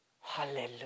Hallelujah